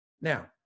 Now